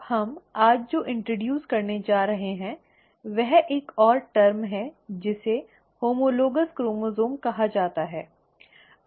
अब हम आज जो परिचय देने जा रहे हैं वह एक और टर्म है जिसे होमोलोगॅस क्रोमोसोम् कहा जाता है